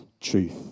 truth